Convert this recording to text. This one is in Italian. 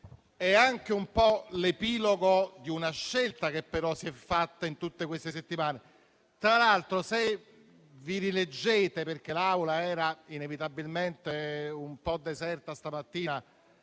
è anche un po' l'epilogo di una scelta che si è fatta in tutte queste settimane. Tra l'altro, l'Aula era inevitabilmente un po' deserta stamattina,